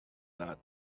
that